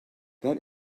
that